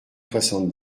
soixante